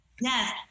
Yes